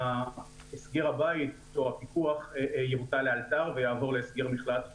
הסגר הבית או הפיקוח יבוטל לאלתר ויעבור להסגר מבחינת רשות.